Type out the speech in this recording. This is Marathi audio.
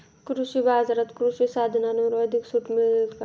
कृषी बाजारात कृषी साधनांवर अधिक सूट मिळेल का?